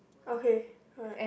okay alright